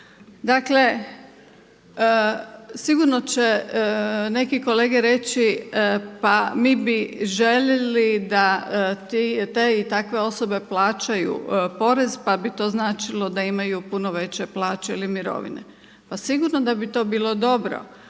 Dakle sigurno će neki kolege reći pa mi bi željeli da te i takve osobe plaćaju porez pa bi to značilo da imaju puno veće plaće ili mirovine. Pa sigurno da bi to bilo dobro,